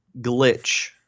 glitch